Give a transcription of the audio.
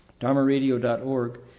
dharmaradio.org